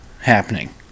happening